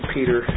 Peter